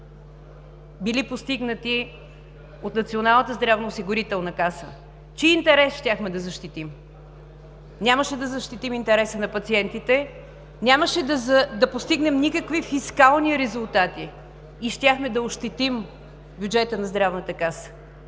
били постигнати от Националната здравноосигурителна каса. Чий интерес щяхме да защитим? Нямаше да защитим интереса на пациентите. Нямаше да постигнем никакви фискални резултати и щяхме да ощетим бюджета на Здравната каса